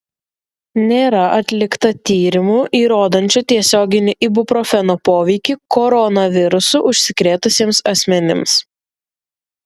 nėra atlikta tyrimų įrodančių tiesioginį ibuprofeno poveikį koronavirusu užsikrėtusiems asmenims